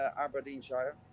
Aberdeenshire